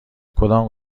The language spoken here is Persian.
کدام